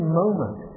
moment